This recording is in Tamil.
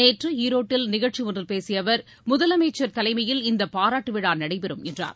நேற்று ஈரோட்டில் நிகழ்ச்சி ஒன்றில் பேசிய அவர் முதலமைச்சர் தலைமையில் இந்தப் பாராட்டு விழா நடைபெறும் என்றார்